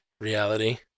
reality